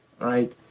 right